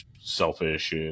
selfish